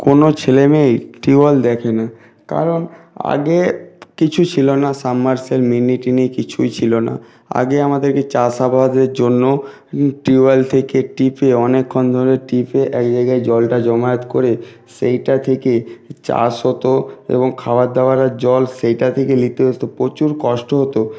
কোনো ছেলে মেয়েই টিউওয়েল দেখেনি কারণ আগে কিছু ছিলো না সাবমারসিবল মিনি টিনি কিছুই ছিলো না আগে আমাদেরকে চাষাবাদের জন্য টিউওয়েল থেকে টিপে অনেকক্ষণ ধরে টিপে এক জায়গায় জলটা জমায়েত করে সেইটা থেকে চাষ হতো এবং খাওয়ার দাওয়ারের জল সেইটা থেকেই নিতে হতো প্রচুর কষ্ট হতো